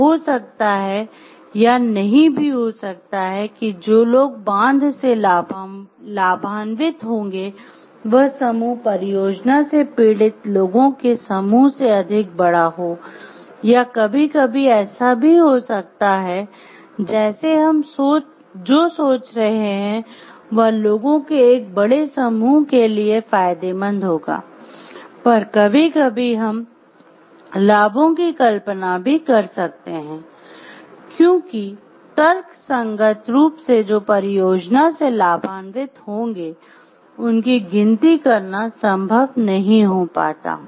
यह हो सकता है या नहीं भी हो सकता है कि जो लोग बांध से लाभान्वित होंगे वह समूह परियोजना से पीड़ित लोगों के समूह से अधिक बड़ा हो या कभी कभी ऐसा भी हो सकता है जैसे हम जो सोच रहे हैं वह लोगों के एक बड़े समूह के लिए फायदेमंद होगा पर कभी कभी हम लाभों की कल्पना भी कर सकते हैं क्योंकि तर्कसंगत रूप से जो परियोजना से लाभान्वित होंगे उनकी गिनती करना संभव नहीं हो पाता